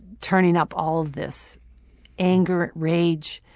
turning up all of this anger, rage,